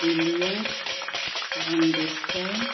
reliance production